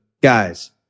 guys